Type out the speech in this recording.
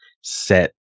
set